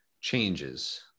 changes